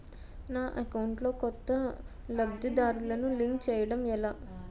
నా అకౌంట్ లో కొత్త లబ్ధిదారులను లింక్ చేయటం ఎలా?